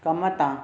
कम तां